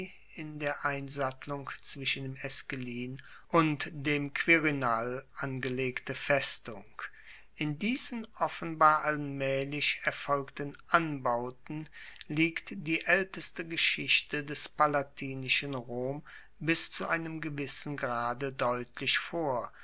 in der einsattlung zwischen dem esquilin und dem quirinal angelegte festung in diesen offenbar allmaehlich erfolgten anbauten liegt die aelteste geschichte des palatinischen rom bis zu einem gewissen grade deutlich vor